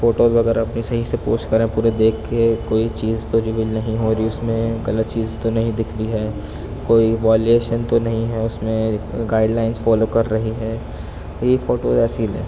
photos وغیرہ اپنی صحیح سے پوسٹ کریں پورے دیکھ کے کوئی چیز تو ریویل نہیں ہو رہی اس میں غلط چیز تو نہیں دکھ رہی ہے کوئی والیشن تو نہیں ہے اس میں گائیڈ لائنس فالو کر رہی ہیں یہ فوٹو ویسی ہی لیں